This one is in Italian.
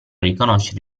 riconoscere